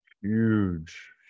huge